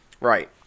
Right